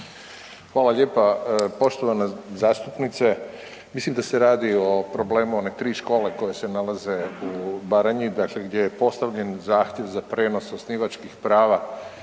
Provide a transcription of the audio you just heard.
Hvala lijepa poštovana zastupnice. Mislim da se radi o problemu one 3 škole koje se nalaze u Baranji, dakle gdje je postavljen zahtjev za prijenos osnivačkih prava